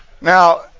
Now